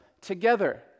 together